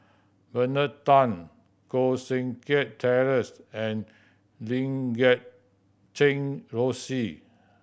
Bernard Tan Koh Seng Kiat Terence and Lim Guat Kheng Rosie